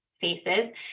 faces